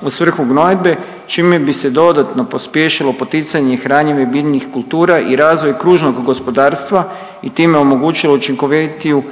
u svrhu gnojidbe čime bi se dodatno pospješilo poticanje i hranjenje biljnih kultura i razvoj kružnog gospodarstva i time omogućilo učinkovitiju